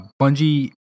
Bungie